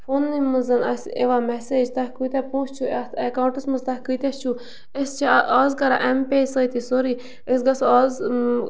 فونٛنٕے منٛز اَسہِ یِوان مٮ۪سیج تۄہہِ کوٗتاہ پونٛسہٕ چھُ اَتھ اٮ۪کاوُنٛٹَس منٛز تۄہہِ کۭتیٛاہ چھُو أسۍ چھِ آز کران اٮ۪م پے سۭتی سورُے أسۍ گژھو آز